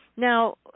Now